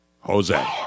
Jose